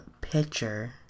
picture